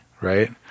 right